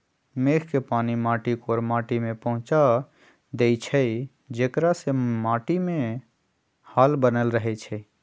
मेघ के पानी माटी कोर माटि में पहुँचा देइछइ जेकरा से माटीमे हाल बनल रहै छइ